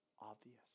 obvious